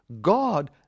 God